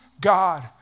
God